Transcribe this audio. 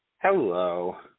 Hello